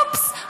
אופס,